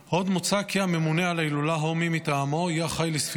עוד מוצע כי הממונה על ההילולה או מי מטעמו יהיה אחראי לספירת